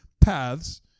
paths